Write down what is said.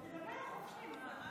אז תדבר,